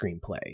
screenplay